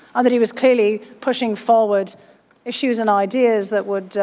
that he was clearly pushing forward issues and ideas that would,